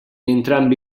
entrambi